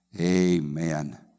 Amen